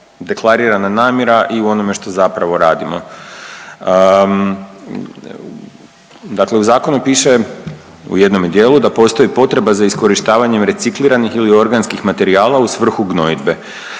namjera i u onome što zapravo radimo. Dakle, u zakonu piše u jednome dijelu, da postoji potreba za iskorištavanjem recikliranih ili organskih materijala u svrhu gnojidbe